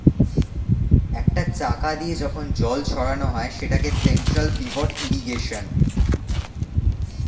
একটা চাকা দিয়ে যখন জল ছড়ানো হয় সেটাকে সেন্ট্রাল পিভট ইর্রিগেশনে